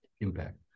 impact